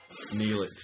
Neelix